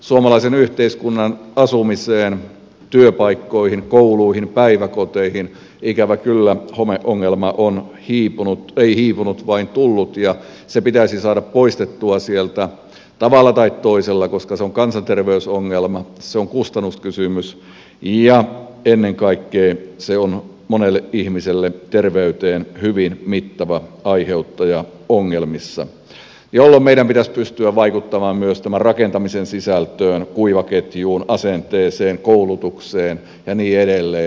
suomalaisen yhteiskunnan asumiseen työpaikkoihin kouluihin päiväkoteihin ikävä kyllä homeongelma on tullut ja se pitäisi saada poistettua sieltä tavalla tai toisella koska se on kansanterveysongelma se on kustannuskysymys ja ennen kaikkea se on monelle ihmiselle hyvin mittava terveyden ongelmien aiheuttaja jolloin meidän pitäisi pystyä vaikuttamaan myös rakentamisen sisältöön kuivaketjuun asenteeseen koulutukseen ja niin edelleen